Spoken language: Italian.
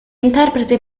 interpreti